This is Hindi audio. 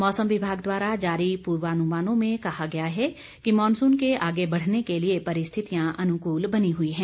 मौसम विभाग द्वारा जारी पुर्वानुमानों में कहा गया है कि मॉनसून के आगे बढ़ने के लिए परिस्थितियां अनुकूल बनी हुई हैं